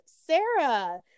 Sarah